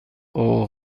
اوه